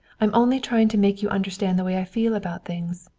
i'm only trying to make you understand the way i feel about things.